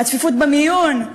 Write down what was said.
הצפיפות במיון.